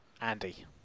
Andy